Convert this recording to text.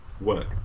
work